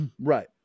Right